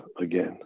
again